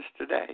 today